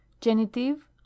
Genitive